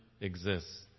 exists